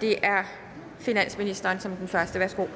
Det er finansministeren som den første, værsgo. Kl.